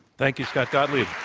thank you. scott gottlieb.